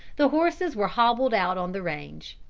the horses were hobbled out on the range.